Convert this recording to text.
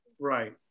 Right